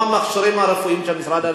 כמו המכשירים הרפואיים שמשרד הבריאות,